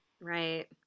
Right